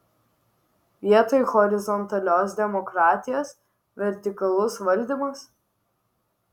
vietoj horizontalios demokratijos vertikalus valdymas